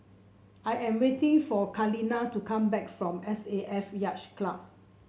I am waiting for Kaleena to come back from S A F Yacht Club